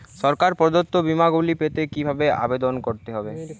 সরকার প্রদত্ত বিমা গুলি পেতে কিভাবে আবেদন করতে হবে?